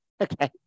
Okay